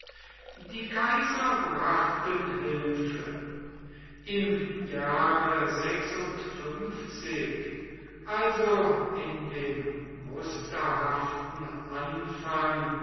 die kaiser brachten hilfe im jahre also in dem musterhaften anfang